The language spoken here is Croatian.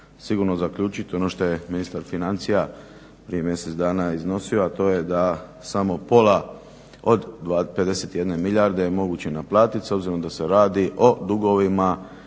sigurno zaključiti, ono što je ministar financija prije mjesec dana iznosio, a to je da samo pola od 51 milijarde je moguće naplatiti s obzirom da se radi o dugovima